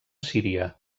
síria